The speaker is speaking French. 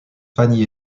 fanny